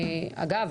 אגב,